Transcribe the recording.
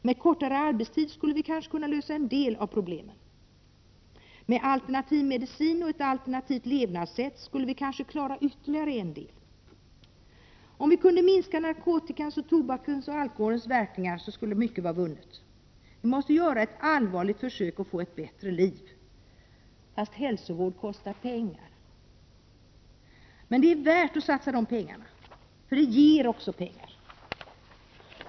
Med kortare arbetstid skulle vi kanske kunna lösa en del av problemen. Med alternativ medicin och med ett alternativt levnadssätt skulle vi kanske klara ytterligare en del. Om vi kunde minska narkotikans, tobakens och alkoholens verkningar skulle mycket vara vunnet. Låt oss göra ett allvarligt försök att få ett bättre liv. Trots att hälsovård kostar pengar är det värt att satsa dessa pengar, eftersom sådana satsningar också ger pengar.